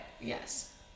Yes